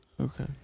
Okay